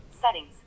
Settings